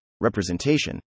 representation